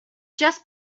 just